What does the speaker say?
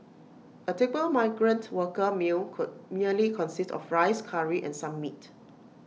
A typical migrant worker meal could merely consist of rice Curry and some meat